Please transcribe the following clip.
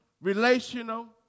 relational